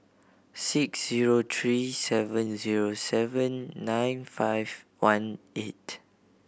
six zero three seven zero seven nine five one eight